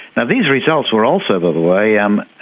these results were also, by the way, um